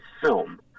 film